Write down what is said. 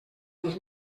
dos